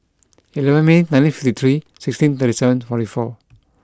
eleven May nineteen fifty three sixteen thirty seven forty four